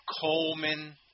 Coleman